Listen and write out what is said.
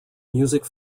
music